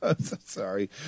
Sorry